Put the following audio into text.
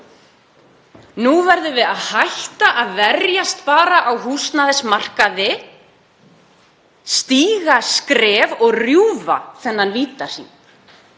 Nú verðum við að hætta að verjast bara á húsnæðismarkaði og stíga skref og rjúfa þennan vítahring.